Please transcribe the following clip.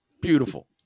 beautiful